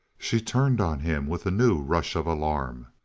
she turned on him with a new rush of alarm.